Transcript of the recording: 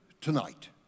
tonight